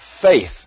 faith